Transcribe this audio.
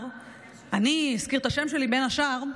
הזכיר את השם שלי, בין השאר,